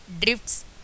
drifts